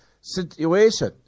situation